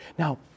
Now